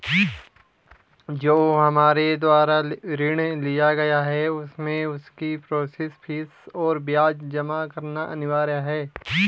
जो हमारे द्वारा ऋण लिया गया है उसमें उसकी प्रोसेस फीस और ब्याज जमा करना अनिवार्य है?